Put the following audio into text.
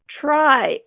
try